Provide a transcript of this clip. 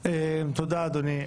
תודה, אדוני.